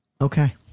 Okay